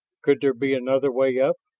could there be another way up?